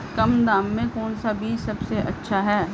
कम दाम में कौन सा बीज सबसे अच्छा है?